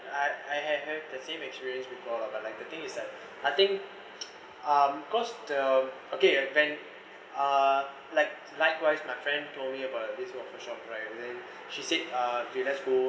I I have had the same experience before lah but like the thing is like I think um cause the okay you event uh like likewise my friend told me about this world for shop right then she said uh okay let's go